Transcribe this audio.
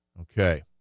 Okay